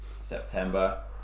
September